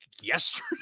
yesterday